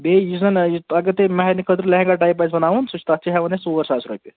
بیٚیہِ یُس زَن یہِ اگر تۅہہِ مَہرنہِ خٲطرٕ لیٚہنٛگا ٹایِپ آسہِ بَناوُن سُہ چھُ تتھ چھِ ہیٚوان أسی ژور ساس رۅپیہِ